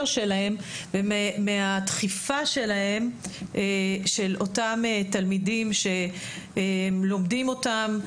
שלהם ומהדחיפה של אותם תלמידים שהם לומדים אותם,